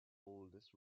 oldest